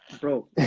bro